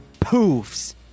poofs